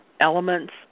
elements